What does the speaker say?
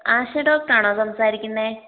ആശ doctor ആണോ സംസാരിക്കുന്നത്